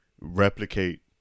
replicate